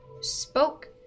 spoke